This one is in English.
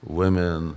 women